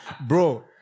Bro